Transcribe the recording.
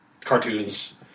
cartoons